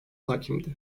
hakimdi